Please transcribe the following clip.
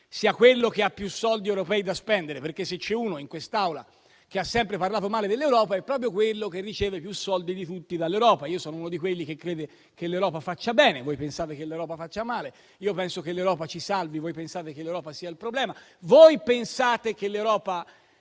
sia quello che ha più soldi europei da spendere, perché se c'è uno in quest'Aula che ha sempre parlato male dell'Europa è proprio quello che riceve più soldi di tutti dall'Europa. Io sono uno di quelli che credono che l'Europa faccia bene, voi pensate che l'Europa faccia male, io penso che l'Europa ci salvi, voi pensate che l'Europa sia il problema, voi pensate che l'Europa